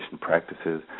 practices